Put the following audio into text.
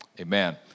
Amen